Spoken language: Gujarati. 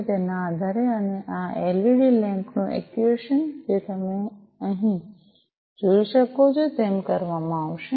અને તેના આધારે અને આ એલઇડી લેમ્પ નું એક્યુએશન જેમ તમે અહીં જોઈ શકો છો તેમ કરવામાં આવશે